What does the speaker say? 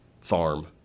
farm